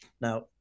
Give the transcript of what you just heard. Now